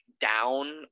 down